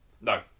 no